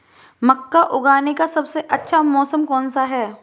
मक्का उगाने का सबसे अच्छा मौसम कौनसा है?